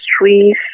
trees